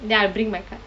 then I bring my cards